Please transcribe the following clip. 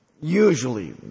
usually